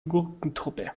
gurkentruppe